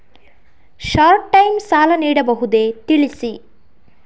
Short time ಸಾಲ ನೀಡಬಹುದೇ ತಿಳಿಸಿ?